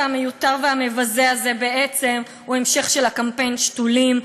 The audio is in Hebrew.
המיותר והמבזה הזה הוא בעצם המשך של קמפיין "השתולים".